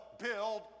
build